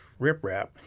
riprap